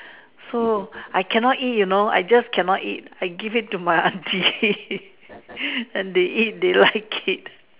so I cannot eat you know I just cannot eat I give it to my auntie and they eat they like it